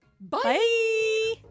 Bye